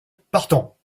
partons